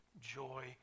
joy